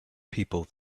people